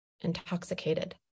intoxicated